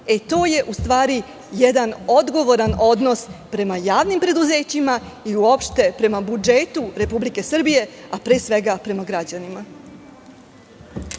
To je u stvari jedan odgovoran odnos prema javnim preduzećima i uopšte prema budžetu Republike Srbije, a pre svega prema građanima.